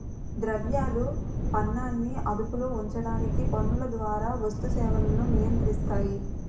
ద్రవ్యాలు పనాన్ని అదుపులో ఉంచడానికి పన్నుల ద్వారా వస్తు సేవలను నియంత్రిస్తాయి